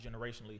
generationally